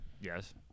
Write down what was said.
Yes